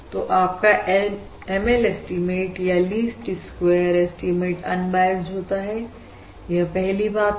तो आपका ML estimate या लीस्ट स्क्वेयर एस्टीमेट अनबायसड होता है यह पहली बात है